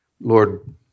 Lord